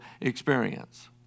experience